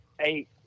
eight